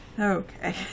Okay